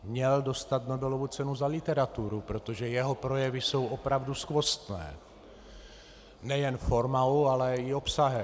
Měl dostat Nobelovu cenu za literaturu, protože jeho projevy jsou opravdu skvostné nejen formou, ale i obsahem.